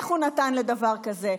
על איך הוא נתן לדבר כזה,